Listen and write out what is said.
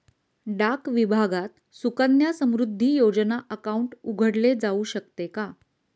डाक विभागात सुकन्या समृद्धी योजना अकाउंट उघडले जाऊ शकते का?